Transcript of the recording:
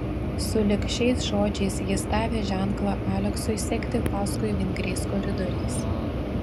sulig šiais žodžiais jis davė ženklą aleksui sekti paskui vingriais koridoriais